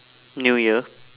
new year